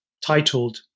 titled